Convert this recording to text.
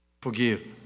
Forgive